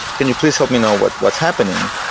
can you please help me know what's what's happening?